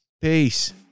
Peace